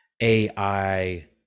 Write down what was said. AI